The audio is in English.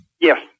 Yes